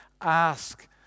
ask